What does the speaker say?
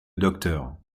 docteur